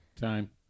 Time